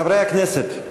חברי הכנסת,